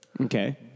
Okay